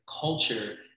culture